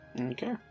Okay